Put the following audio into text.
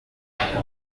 bya